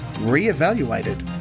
re-evaluated